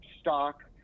stock